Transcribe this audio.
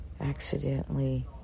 accidentally